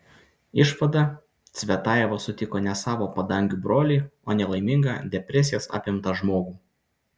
išvada cvetajeva sutiko ne savo padangių brolį o nelaimingą depresijos apimtą žmogų